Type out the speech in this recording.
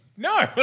No